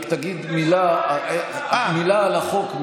רק תגיד מילה על החוק,